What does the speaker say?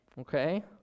okay